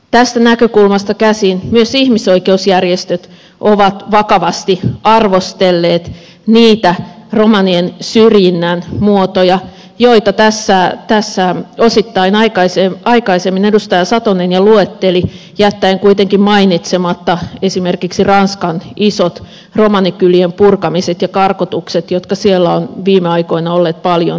tästä näkökulmasta käsin myös ihmisoikeusjärjestöt ovat vakavasti arvostelleet niitä romanien syrjinnän muotoja joita tässä osittain aikaisemmin edustaja satonen jo luetteli jättäen kuitenkin mainitsematta esimerkiksi ranskan isot romanikylien purkamiset ja karkotukset jotka siellä ovat viime aikoina olleet paljon julkisuudessa